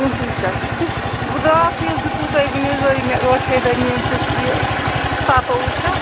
پٕنٛژٕ شَتھ راتھٕے حظ دِیُتوٕ تۅہہِ وُنہِ حظ آیہِ مےٚ ٲٹھے دۄہ نِمتِس یہِ سَتووُہ شَتھ